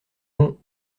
bon